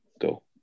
go